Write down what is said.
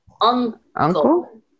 uncle